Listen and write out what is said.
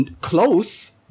Close